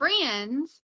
friends